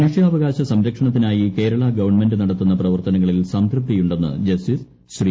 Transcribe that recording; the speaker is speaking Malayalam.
മനുഷ്യാവകാശ സംരക്ഷണത്തിനായി കേരളാ ഗവൺമെന്റ് നടത്തുന്ന പ്രവർത്തനങ്ങളിൽ സംതൃപ്തിയുണ്ടെന്ന് ജസ്റ്റിസ് ശ്രീ